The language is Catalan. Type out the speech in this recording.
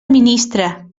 ministre